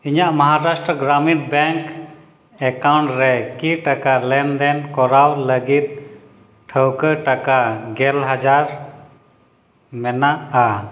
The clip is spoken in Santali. ᱤᱧᱟᱹᱜ ᱢᱚᱦᱟᱨᱟᱥᱴᱨᱚ ᱜᱨᱟᱢᱤᱱ ᱵᱮᱝᱠ ᱮᱠᱟᱣᱩᱱᱴ ᱨᱮᱠᱤ ᱴᱟᱠᱟ ᱞᱮᱱᱫᱮᱱ ᱠᱚᱨᱟᱣ ᱞᱟᱹᱜᱤᱫ ᱴᱷᱟᱶᱠᱟᱹ ᱴᱟᱠᱟ ᱜᱮᱞ ᱦᱟᱡᱟᱨ ᱢᱮᱱᱟᱜᱼᱟ